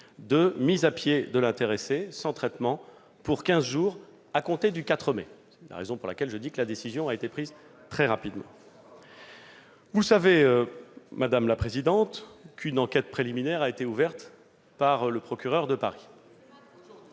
été mis à pied durant quinze jours, sans traitement, à compter du 4 mai. C'est la raison pour laquelle je dis que la décision a été prise très rapidement. Vous le savez, madame la présidente Assassi, une enquête préliminaire a été ouverte par le procureur de Paris.